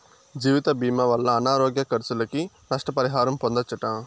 జీవితభీమా వల్ల అనారోగ్య కర్సులకి, నష్ట పరిహారం పొందచ్చట